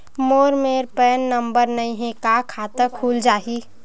मोर मेर pan number नई हे का खाता खुल जाही?